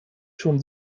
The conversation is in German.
schon